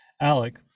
Alec